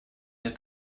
der